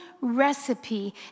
recipe